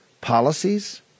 policies